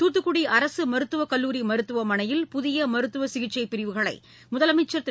தூத்துக்குடி அரசு மருத்துவக் கல்லூரி மருத்துவமனையில் புதிய மருத்துவ சிகிச்சைப் பிரிவுகளை முதலமைச்சர் திரு